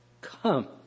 Come